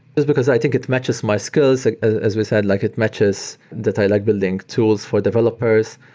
just because i think it matches my skills, like as we said, like it matches that i like building tools for developers.